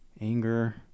Anger